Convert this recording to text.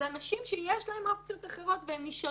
אלה אנשים שיש להם אופציות אחרות, והם נשארים,